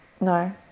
No